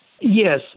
Yes